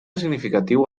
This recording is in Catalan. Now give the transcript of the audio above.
significatiu